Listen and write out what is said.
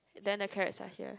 then the carrots are here